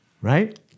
Right